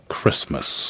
Christmas